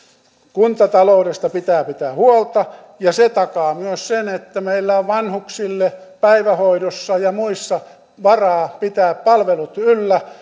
kuntataloudesta pitää pitää huolta ja se takaa myös sen että meillä on vanhuksille päivähoidossa ja muissa varaa pitää palvelut yllä